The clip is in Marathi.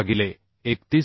भागिले 31